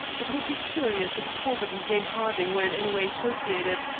it would be curious if corbett and jane harding were in any way associated.